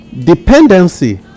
Dependency